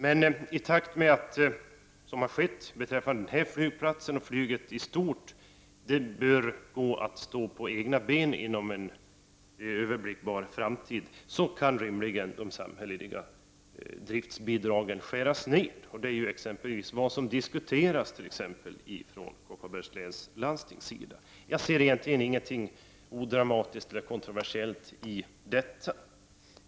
Men i takt med att verksamheten kan stå på egna ben, vilket bör bli möjligt inom en överblickbar framtid vad gäller denna flygplats och vilket även är fallet när det gäller flyget i stort, så kan rimligen de samhälleliga driftsbidragen skäras ned. Och detta är också vad som diskuteras från exempelvis Kopparbergs läns landstings sida. Jag ser egentligen inget dramatiskt eller kontroversiellt i detta.